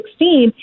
2016